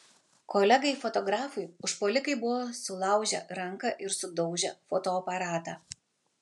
kolegai fotografui užpuolikai buvo sulaužę ranką ir sudaužę fotoaparatą